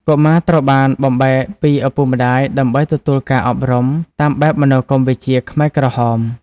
កុមារត្រូវបានបំបែកពីឪពុកម្តាយដើម្បីទទួលការអប់រំតាមបែបមនោគមវិជ្ជាខ្មែរក្រហម។